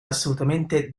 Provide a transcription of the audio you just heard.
assolutamente